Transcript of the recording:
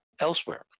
elsewhere